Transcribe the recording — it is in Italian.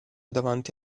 davanti